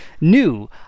new